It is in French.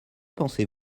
pensez